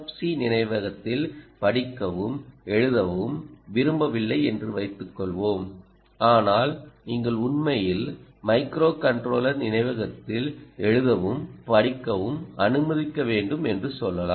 NFC நினைவகத்தில் படிக்கவும் எழுதவும் விரும்பவில்லை என்று வைத்துக்கொள்வோம் ஆனால் நீங்கள் உண்மையில் மைக்ரோகண்ட்ரோலர் நினைவகத்தில் எழுதவும் படிக்கவும் அனுமதிக்க வேண்டும் என்று சொல்லலாம்